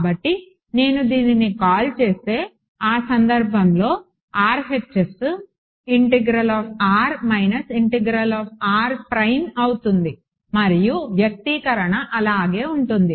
కాబట్టి నేను దీనిని కాల్ చేస్తే ఆ సందర్భంలో RHS అవుతుంది మరియు వ్యక్తీకరణ అలాగే ఉంటుంది